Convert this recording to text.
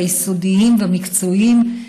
היסודיים והמקצועיים,